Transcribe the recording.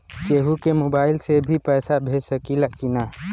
केहू के मोवाईल से भी पैसा भेज सकीला की ना?